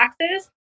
taxes